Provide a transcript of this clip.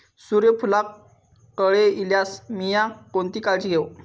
सूर्यफूलाक कळे इल्यार मीया कोणती काळजी घेव?